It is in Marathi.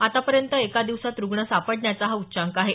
आतापर्यंत एका दिवसात रुग्ण सापडण्याचा हा उच्चांक आहे